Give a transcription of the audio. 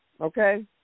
Okay